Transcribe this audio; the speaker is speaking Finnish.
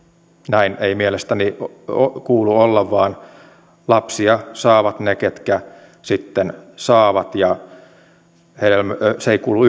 näin ei mielestäni kuulu olla vaan lapsia saavat ne ketkä saavat ja yhteiskunnalle ei kuulu